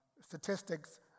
Statistics